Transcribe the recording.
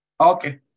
Okay